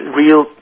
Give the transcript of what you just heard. real